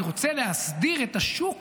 אני רוצה להסדיר את השוק